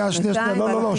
שנייה, שנייה, לא, לא, לא.